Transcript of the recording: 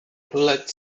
bullet